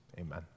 Amen